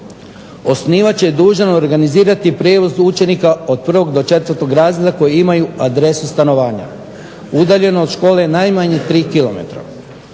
Osnivač je dužan organizirati prijevoz učenika od 1. do 4. razreda koji imaju adresu stanovanja udaljenu od škole najmanje 3 km.